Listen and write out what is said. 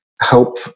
help